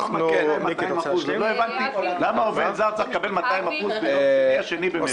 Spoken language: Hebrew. לא הבנתי למה עובד זר צריך לקבל 200% ביום שני ה-2 במרס.